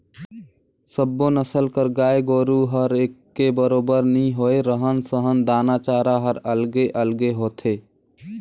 सब्बो नसल कर गाय गोरु हर एके बरोबर नी होय, रहन सहन, दाना चारा हर अलगे अलगे होथे